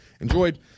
Enjoyed